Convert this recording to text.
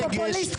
פופוליסט.